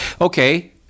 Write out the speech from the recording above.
Okay